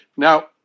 Now